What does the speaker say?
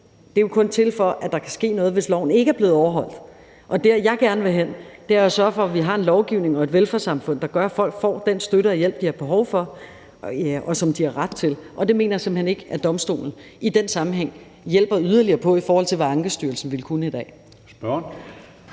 er jo kun til, for at der kan ske noget, hvis loven ikke er blevet overholdt. Der, hvor jeg gerne vil hen, er at sørge for, at vi har en lovgivning og et velfærdssamfund, der gør, at folk får den støtte og hjælp, de har behov for, og som de har ret til, og det mener jeg simpelt hen ikke at domstolen i den sammenhæng hjælper yderligere på, i forhold til hvad Ankestyrelsen vil kunne i dag.